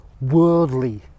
worldly